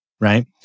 right